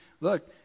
Look